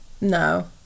no